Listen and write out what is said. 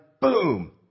boom